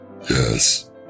Yes